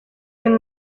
and